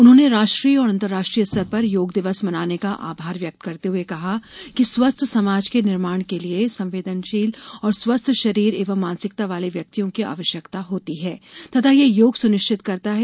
उन्होंने राष्ट्रीय और अंतर्राष्ट्रीय स्तर पर योग दिवस मनाने का आभार व्यक्त करते हुए कहा कि स्वस्थ समाज के निर्माण के लिये संवेदशील और स्वस्थ शरीर एवं मानसिकता वाले व्यक्तियों की आवश्यकता होती है तथा यह योग सुनिश्चित करता है